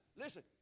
listen